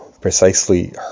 precisely